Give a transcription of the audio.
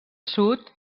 sud